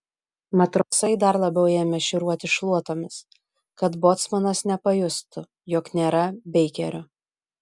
matrosai dar labiau ėmė šiūruoti šluotomis kad bocmanas nepajustų jog nėra beikerio